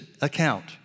account